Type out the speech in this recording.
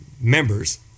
members